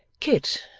kit,